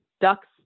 ducks